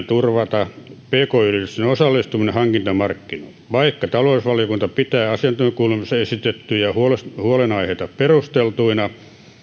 turvata pk yritysten osallistuminen hankintamarkkinoille vaikka talousvaliokunta pitää asiantuntijakuulemisessa esitettyjä huolenaiheita perusteltuina